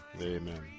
Amen